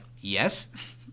yes